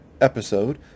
episode